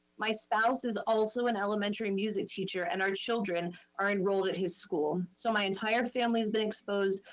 my spouse is also an elementary music teacher and our children are enrolled at his school. so my entire family has been exposed.